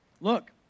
look